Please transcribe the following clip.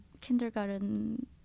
kindergarten